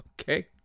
Okay